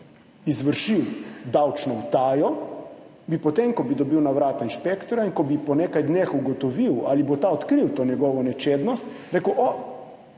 izvršil davčno utajo, bi potem, ko bi dobil na vrata inšpektorja in ko bi po nekaj dneh ugotovil, ali bo ta odkril to njegovo nečednost, rekel,